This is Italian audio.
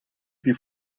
più